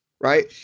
right